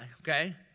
okay